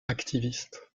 activiste